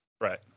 Right